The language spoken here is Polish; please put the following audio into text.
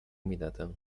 minetę